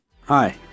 Hi